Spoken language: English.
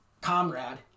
comrade